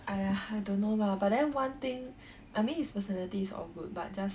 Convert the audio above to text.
!aiya! I don't know lah but then one thing I mean his personality is all good but just